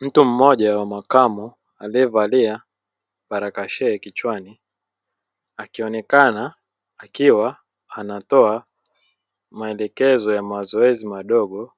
Mtu mmoja wa makamu aliyevalia baraka shekhe kichwani, akionekana akiwa anatoa maelekezo ya mazoezi madogo